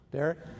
Derek